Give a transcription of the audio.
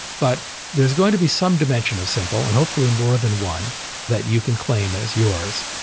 but there's going to be some dimension of simple and hopefully more than one that you can claim as yours.